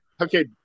Okay